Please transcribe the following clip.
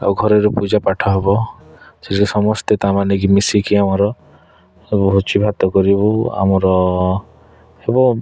ଆଉ ଘରର ପୂଜାପାଠ ହେବ ସେଠି ସମସ୍ତେ ତା ମାନେ କି ମିଶିକି ଆମର ସବୁ ଭୋଜି ଭାତ କରିବୁ ଆମର ହେବ